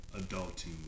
adulting